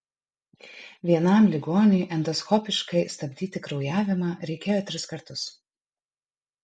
vienam ligoniui endoskopiškai stabdyti kraujavimą reikėjo tris kartus